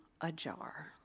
ajar